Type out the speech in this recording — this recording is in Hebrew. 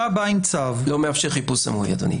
לא מאפשר חיפוש, אדוני.